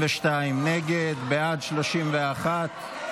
32 נגד, בעד, 31,